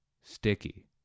Sticky